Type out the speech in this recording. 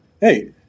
Hey